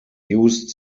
used